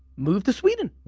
move to sweden.